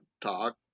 talk